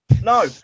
no